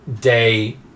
day